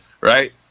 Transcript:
right